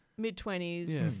Mid-twenties